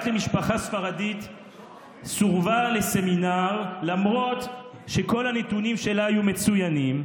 בת למשפחה ספרדית סורבה לסמינר למרות שכל הנתונים שלה היו מצוינים.